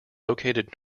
located